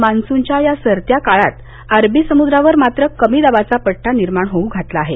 monsoon च्या या सरत्या काळात अरबीसमुद्रावर मात्र कमी दाबाचा पट्टा निर्माण होऊ घातला आहे